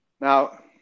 Now